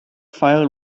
file